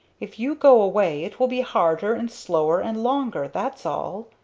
if you go away it will be harder and slower and longer that's all.